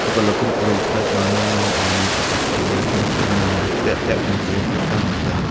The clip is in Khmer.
បុគ្គលិកគ្រប់រូបត្រូវបានណែនាំឱ្យមានអាកប្បកិរិយាទន់ភ្លន់និងរាក់ទាក់ចំពោះសិស្សានុសិស្ស។